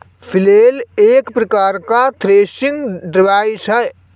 flail एक प्रकार का थ्रेसिंग डिवाइस है